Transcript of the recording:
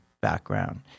background